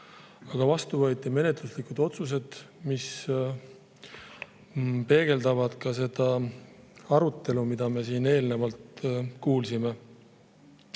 Aga võeti vastu menetluslikud otsused, mis peegeldavad seda arutelu, mida me siin eelnevalt kuulsime.